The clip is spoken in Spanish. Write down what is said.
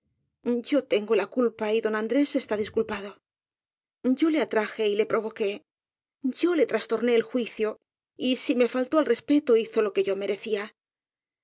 yo tengo la culpa y don andrés está disculpado yo le atraje yo le provoqué yo le trastorné el juicio y si me faltó al respeto hizo lo que yo merecía